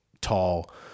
tall